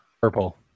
Purple